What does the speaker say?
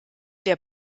der